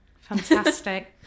Fantastic